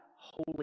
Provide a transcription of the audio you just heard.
holy